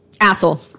Asshole